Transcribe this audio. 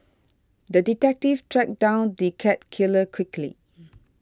the detective tracked down the cat killer quickly